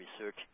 Research